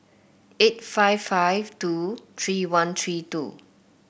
eight five five two three one three two